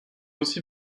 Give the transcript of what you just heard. aussi